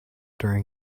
during